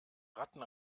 ratten